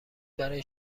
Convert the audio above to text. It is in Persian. برای